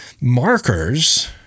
markers